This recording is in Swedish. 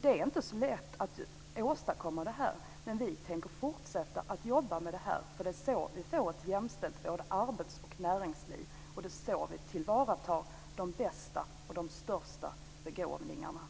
Det är inte så lätt att åstadkomma det här, men vi tänker fortsätta att jobba med det, för det är så vi får ett jämställt arbets och näringsliv, och det är så vi tillvaratar de bästa och de största begåvningarna.